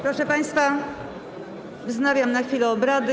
Proszę państwa, wznawiam na chwilę obrady.